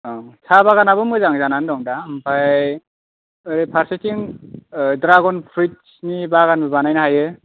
औ साहा बागानानो मोजां जानानै जं दा आमफ्राय ओरै फार्सेथिं द्रागन प्रुइटसनि बागानबो बानायनो हायो